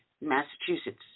Massachusetts